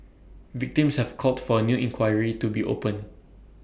victims have called for A new inquiry to be opened